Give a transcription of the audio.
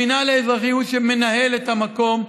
המינהל האזרחי הוא שמנהל את המקום,